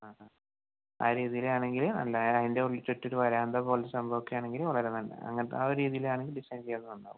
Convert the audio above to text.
ആ ആ ആ രീതിയിലാണെങ്കില് നല്ല അതിൻ്റെ ചുറ്റും ഒര് വരാന്തപ്പോലെ സംഭവം ഒക്കെ ആണെങ്കില് വളരെ നല്ലതാണ് അങ്ങനത്തെ ആ ഒരു രീതിയില് ആണെങ്കിൽ ഡിസൈൻ ചെയ്താൽ നന്നാവും